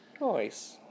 Nice